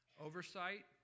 oversight